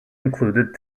included